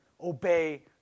obey